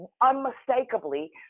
unmistakably